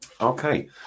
Okay